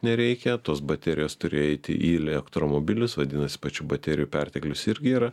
nereikia tos baterijos turi eiti į letromobilius vadinasi pačių baterijų perteklius irgi yra